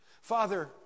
Father